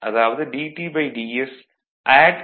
அதாவது dTdS s smaxT 0